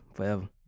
forever